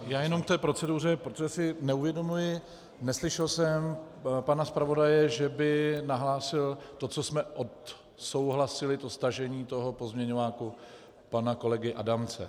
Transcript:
Já jenom k té proceduře, protože si neuvědomuji, neslyšel jsem pana zpravodaje, že by nahlásil to, co jsme odsouhlasili, stažení toho pozměňováku pana kolegy Adamce.